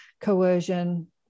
coercion